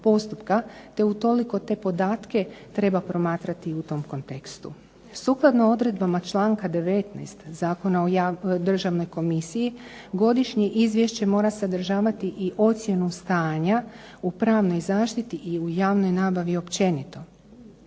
te utoliko te podatke treba promatrati i u tom kontekstu. Sukladno odredbama članka 19. Zakona o Državnoj komisiji godišnje izvješće mora sadržavati i ocjenu stanja u pravnoj zaštiti i u javnoj nabavi općenito.